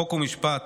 חוק ומשפט